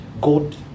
God